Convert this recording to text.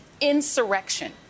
insurrection